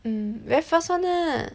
mm very fast one lah